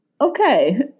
Okay